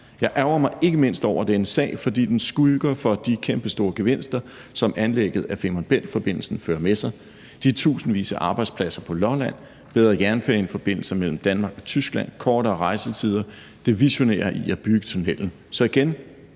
Jeg ærgrer mig ikke mindst over denne sag, fordi den skygger for de kæmpestore gevinster, som anlægget af Femern Bælt-forbindelsen fører med sig – de tusindvis af arbejdspladser på Lolland, de bedre jernbaneforbindelser mellem Danmark og Tyskland, de kortere rejsetider og det visionære i at bygge tunnellen. Så igen: